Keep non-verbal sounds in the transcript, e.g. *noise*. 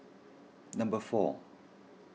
*noise* number four